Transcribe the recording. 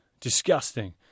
Disgusting